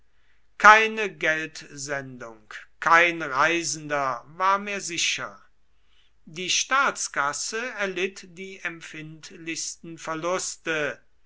keine geldsendung kein reisender war mehr sicher die staatskasse erlitt die empfindlichsten verluste